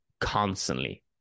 constantly